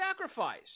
sacrifice